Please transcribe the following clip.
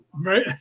right